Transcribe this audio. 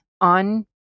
on